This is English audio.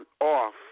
off